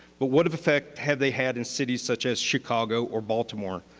but what effect have they had in cities such as chicago or baltimore?